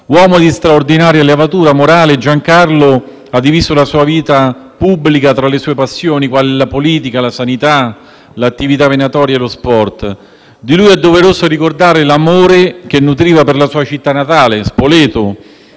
Uomo di straordinaria levatura morale, Giancarlo divise la sua vita pubblica tra le sue passioni: politica, sanità, attività venatoria e sport. È doveroso ricordare l'amore che nutriva per la sua città natale, Spoleto,